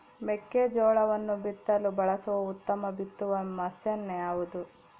ಮೆಕ್ಕೆಜೋಳವನ್ನು ಬಿತ್ತಲು ಬಳಸುವ ಉತ್ತಮ ಬಿತ್ತುವ ಮಷೇನ್ ಯಾವುದು?